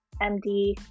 MD